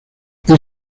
esta